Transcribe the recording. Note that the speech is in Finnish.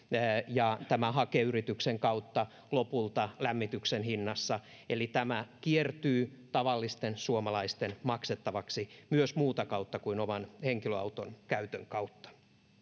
ja tämän hakeyrityksen kautta lopulta lämmityksen hinnassa eli tämä kiertyy tavallisten suomalaisten maksettavaksi myös muuta kautta kuin oman henkilöauton käytön kautta